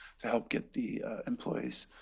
to help get the employees